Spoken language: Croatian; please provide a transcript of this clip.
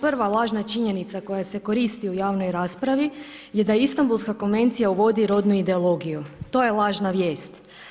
Prva lažna činjenica koja se koristi u javnoj raspravi je da Istambulska konvencija uvodi rodnu ideologiju, to je lažna vijest.